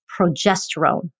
progesterone